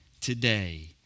today